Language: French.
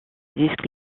disque